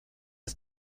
ist